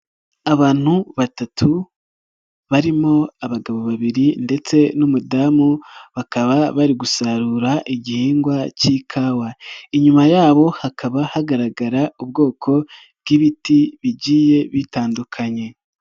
Abantu batatu barimo abagabo babiri ndetse n'umudamu, bakaba bari gusarura igihingwa cy'ikawa, inyuma yabo hakaba hagaragara ubwoko bw'ibiti bigiye bitandukanye.